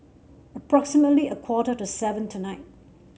approximately a quarter to seven tonight